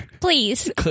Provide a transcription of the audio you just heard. Please